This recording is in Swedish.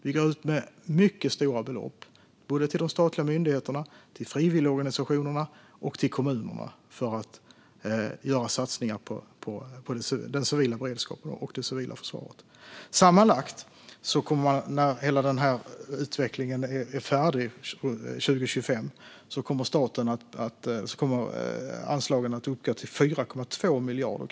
Vi går ut med mycket stora belopp till de statliga myndigheterna, till frivilligorganisationerna och till kommunerna för att göra satsningar på den civila beredskapen och det civila försvaret. Sammanlagt kommer anslagen när hela utvecklingen är färdig 2025 att uppgå till 4,2 miljarder.